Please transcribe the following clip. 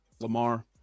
Lamar